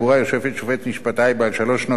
בעל שלוש שנות ותק בעריכת-דין לפחות,